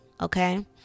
Okay